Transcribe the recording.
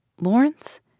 Lawrence